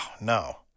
no